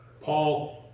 Paul